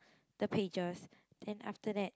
the pages then after that